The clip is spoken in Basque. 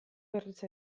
berriz